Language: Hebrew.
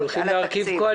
אתה יודע